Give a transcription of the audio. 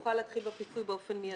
נוכל להתחיל בפיצוי באופן מיידי.